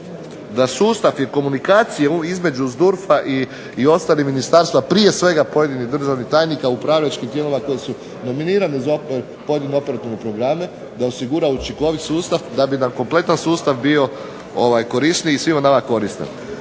da sustav i komunikaciju između SDURF-a i ostalih ministarstava, prije svega državnih tajnika, upravljačkih dijelova koji su nominirani za pojedine operativne programe da osigura učinkovit sustav da bi nam kompletan sustav bio korisniji i svima nama koristan.